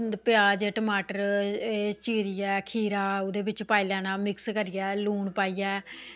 प्याज़ टमाटर चीरियै खीरा एह् ओह्दे बिच पाई लैना मिक्स करियै लून पाइयै